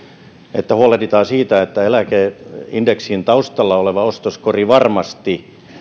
että huolehditaan siitä että eläkeindeksin taustalla oleva ostoskori varmasti